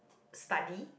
study